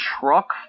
truck